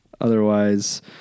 Otherwise